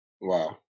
Wow